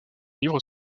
livres